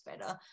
better